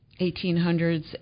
1800s